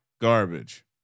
garbage